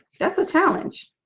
that's a challenge